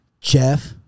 Jeff